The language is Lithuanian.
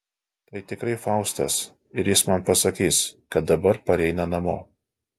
tai tikrai faustas ir jis man pasakys kad dabar pareina namo